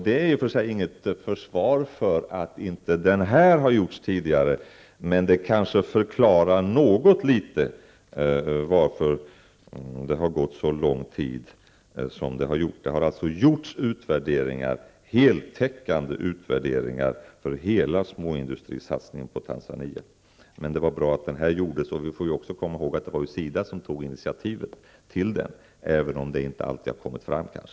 Det utgör i och för sig inte något försvar för att det här arbetet inte har gjorts tidigare. Men det kanske något förklarar varför det har tagit så lång tid som det har gjort. Heltäckande utvärderingar har alltså gjorts avseende hela småindustrisatsningen när det gäller Tanzania. Det var bra att den här aktuella åtgärden vidtogs. Sedan skall vi komma ihåg att det var SIDA som tog initiativ i det sammanhanget -- det har kanske inte alltid framgått.